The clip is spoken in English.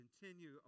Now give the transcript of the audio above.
continue